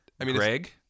Greg